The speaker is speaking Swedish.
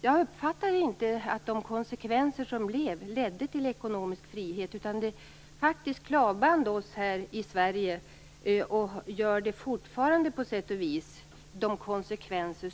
Jag uppfattar inte att dess konsekvenser ledde till ekonomisk frihet, utan de klavband faktiskt oss i Sverige och gör det på sätt och vis fortfarande.